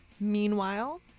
Meanwhile